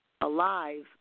alive